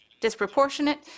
disproportionate